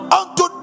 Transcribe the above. unto